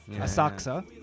Asakusa